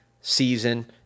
season